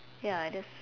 ya I just